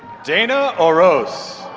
dana oros.